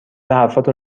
حرفاتو